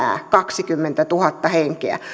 kaksikymmentätuhatta henkeä